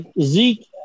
Zeke